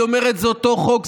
היא אומרת: זה אותו חוק.